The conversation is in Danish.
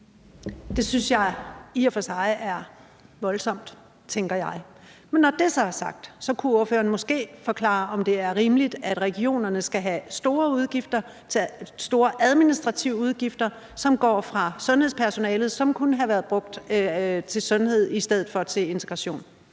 Det synes jeg i og for sig er voldsomt. Men når det så er sagt, kunne ordføreren måske fortælle, om det er rimeligt, at regionerne skal have store administrative udgifter, som går fra sundhedspersonalet, og som kunne være blevet brugt til sundhed i stedet for til integration.